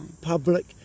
public